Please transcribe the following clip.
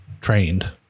trained